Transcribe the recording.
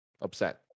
upset